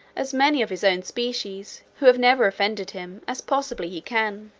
as many of his own species, who have never offended him, as possibly he can.